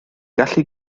gallu